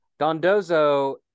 Dondozo